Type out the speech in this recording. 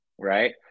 right